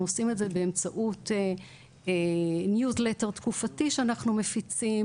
אנחנו עושים את זה באמצעות ניוזלטר תקופתי שאנחנו מפיצים,